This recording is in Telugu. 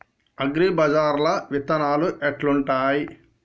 అగ్రిబజార్ల విత్తనాలు ఎట్లుంటయ్?